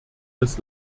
des